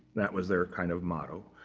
that was their kind of motto.